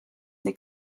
they